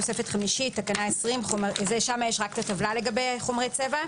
תוספת חמישית (תקנה 20). שם יש רק הטבלה לגבי חומרי צבע.